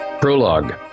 Prologue